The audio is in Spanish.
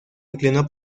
inclinó